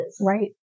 Right